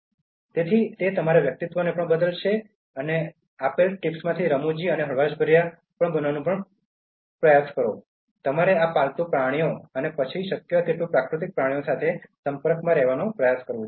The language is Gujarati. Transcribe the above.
તેથી તે તમારા વ્યક્તિત્વને પણ બદલશે તેથી આપેલ ટિપ્સમાંની રમૂજી અને હળવાશભર્યા બનવાનું પસંદ કરો તમારે આ પાલતુ પ્રાણીઓ અને પછી શક્ય તેટલું પ્રાકૃતિક પ્રાણીઓ સાથે સંપર્ક કરવાનો પ્રયાસ કરવો જોઈએ